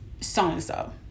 So-and-so